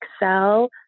excel